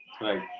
Right